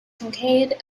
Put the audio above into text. kincaid